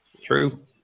True